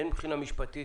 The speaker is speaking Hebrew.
הן מבחינה משפטית